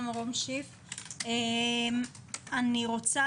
אני רוצה